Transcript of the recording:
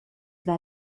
war